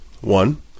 One